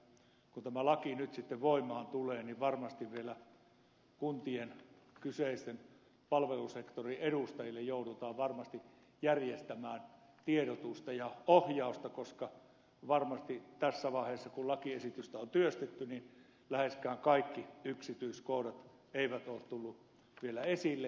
ja kun tämä laki nyt sitten tulee voimaan niin varmasti vielä kuntien kyseisten palvelusektorien edustajille joudutaan varmasti järjestämään tiedotusta ja ohjausta koska varmasti tässä vaiheessa kun lakiesitystä on työstetty läheskään kaikki yksityiskohdat eivät ole tulleet vielä esille